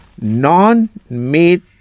non-meat